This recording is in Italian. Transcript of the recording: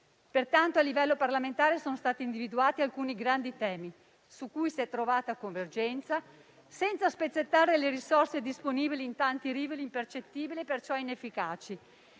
Pertanto, a livello parlamentare sono stati individuati alcuni grandi temi, su cui si è trovata convergenza senza spezzettare le risorse disponibili in tanti rivoli impercettibili e perciò inefficaci.